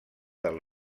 del